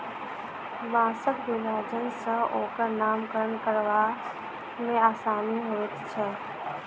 बाँसक विभाजन सॅ ओकर नामकरण करबा मे आसानी होइत छै